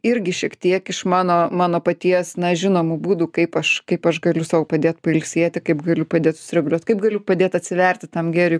irgi šiek tiek iš mano mano paties na žinomų būdų kaip aš kaip aš galiu sau padėt pailsėti kaip galiu padėt susireguliuot kaip galiu padėt atsiverti tam gėriui